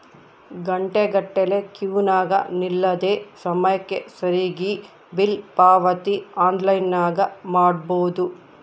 ಘಂಟೆಗಟ್ಟಲೆ ಕ್ಯೂನಗ ನಿಲ್ಲದೆ ಸಮಯಕ್ಕೆ ಸರಿಗಿ ಬಿಲ್ ಪಾವತಿ ಆನ್ಲೈನ್ನಾಗ ಮಾಡಬೊದು